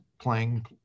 playing